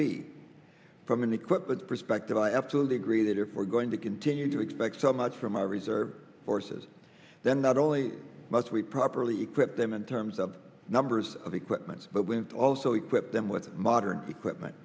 be from an equipment perspective i absolutely agree that if we're going to continue to expect so much for my reserve forces then not only must we properly equip them in terms of numbers of equipment but when also equip them with modern equipment